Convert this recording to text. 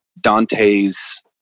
Dante's